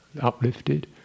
uplifted